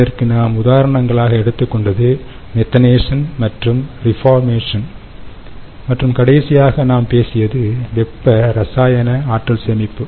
இதற்கு நாம் உதாரணங்களாக எடுத்துக் கொண்டது மெத்தனேஷன் மற்றும் ரீபாமேஷன் மற்றும் கடைசியாக நாம் பேசியது வெப்ப ரசாயன ஆற்றல் சேமிப்பு